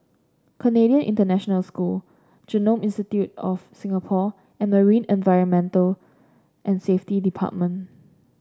Canadian International School Genome Institute of Singapore and Marine Environment and Safety Department